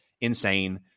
insane